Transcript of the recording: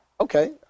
okay